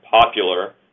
popular